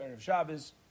Shabbos